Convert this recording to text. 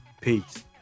Peace